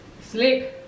Sleep